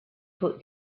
put